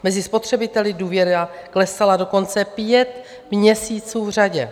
Mezi spotřebiteli důvěra klesala dokonce pět měsíců v řadě.